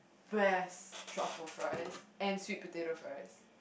best truffle fries and sweet potato fries